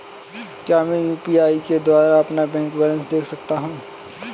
क्या मैं यू.पी.आई के द्वारा अपना बैंक बैलेंस देख सकता हूँ?